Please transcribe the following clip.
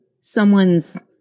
someone's